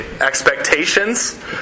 expectations